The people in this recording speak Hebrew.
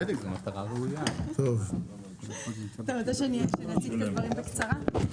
אתה רוצה שאני אציג את הדברים בקצרה?